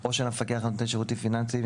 או של המפקח על נותני שירותים פיננסיים ,